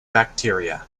bacteria